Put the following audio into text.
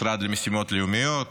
משרד למשימות לאומיות,